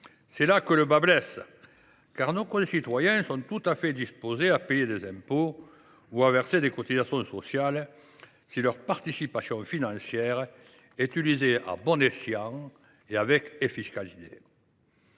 bien là que le bât blesse : nos citoyens sont tout à fait disposés à payer des impôts ou à verser des cotisations sociales si leur participation financière est utilisée à bon escient et avec efficacité.